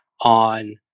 on